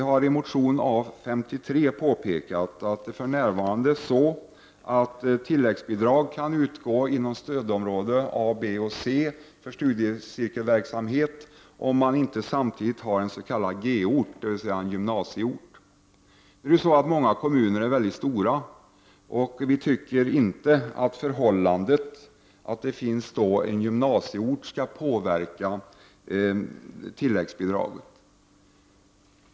I motion 1989/90:A53 framhåller vi i centern att tilläggsbidrag för närvarande kan utgå inom stödområdena A, B och C för studiecirkelverksamhet om det inte samtidigt är fråga om en g-ort, dvs. en gymnasieort. Men många kommuner är mycket stora. Vi tycker dock inte att det faktum att det handlar om en gymnasieort skall påverka tilläggsbidraget.